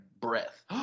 breath